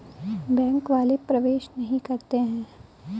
Bank वाले प्रवेश नहीं करते हैं?